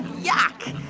yuck.